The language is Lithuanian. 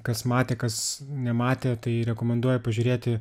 kas matė kas nematė tai rekomenduoja pažiūrėti